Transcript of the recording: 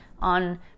on